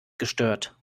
gestört